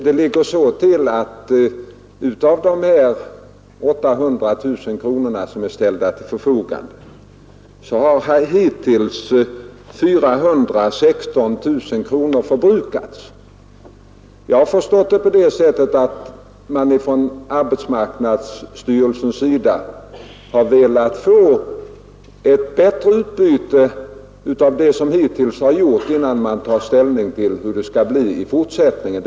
Det ligger så till att av dessa 800 000 kronor som ställts till förfogande har hittills 416 000 kronor förbrukats. Jag har förstått det så att man från arbetsmarknadsstyrelsens sida velat få ett bättre besked om det som hittills gjorts innan man tar ställning till hur det skall bli i fortsättningen.